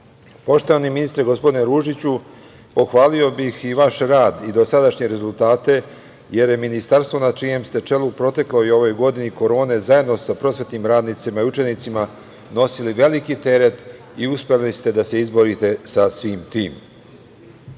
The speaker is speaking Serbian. trebalo. Poštovani ministre, gospodine Ružiću, pohvalio bih i vaš rad i dosadašnje rezultate, jer je Ministarstvo na čijem ste čelu u protekloj i ovoj godini korone, zajedno sa prosvetnim radnicima i učenicima nosili veliki teret i uspeli ste da se izborite sa svim